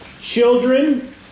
Children